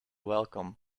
welcome